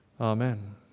Amen